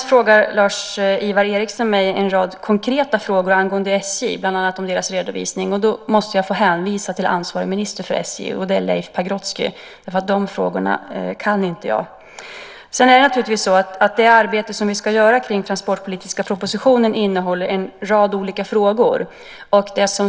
Lars-Ivar Ericson ställde en rad konkreta frågor till mig angående SJ, bland annat om dess redovisning. Då måste jag få hänvisa till ansvarig minister för SJ, som är Leif Pagrotsky, därför att de frågorna kan inte jag. Det arbete som vi ska göra kring den transportpolitiska propositionen innehåller naturligtvis en rad olika frågor.